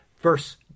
verse